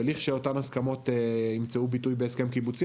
ושאותן הסכמות ימצאו ביטוי בהסכם קיבוצי.